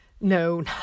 no